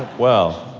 well.